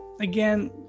again